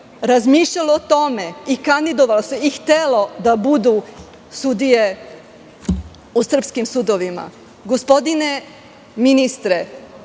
razmišljalo o tome, kandidovalo se i htelo da budu sudije u srpskim sudovima.